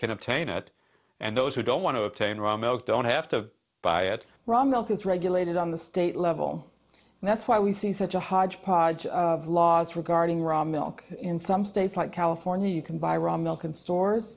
can obtain it and those who don't want to taint raw milk don't have to buy it raw milk is regulated on the state level and that's why we see such a hodgepodge of laws regarding raw milk in some states like california you can buy raw milk in stores